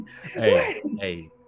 hey